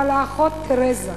אבל האחות תרזה,